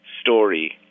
story